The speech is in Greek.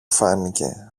φάνηκε